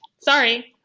sorry